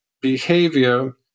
behavior